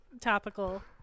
topical